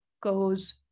goes